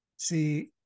See